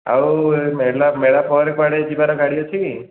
ଆଉ ଏ ମେଲା ମେଳା ପରେ କୁଆଡ଼େ ଯିବାର ଗାଡ଼ି ଅଛି କି